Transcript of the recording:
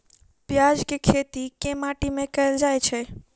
प्याज केँ खेती केँ माटि मे कैल जाएँ छैय?